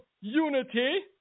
unity